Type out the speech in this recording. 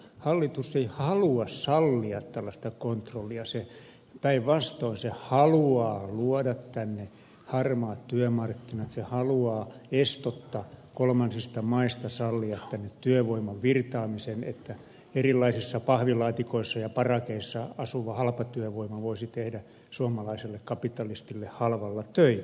hallitus ei halua sallia tällaista kontrollia päinvastoin se haluaa luoda tänne harmaat työmarkkinat se haluaa estotta kolmansista maista sallia tänne työvoiman virtaamisen että erilaisissa pahvilaatikoissa ja parakeissa asuva halpa työvoima voisi tehdä suomalaiselle kapitalistille halvalla töitä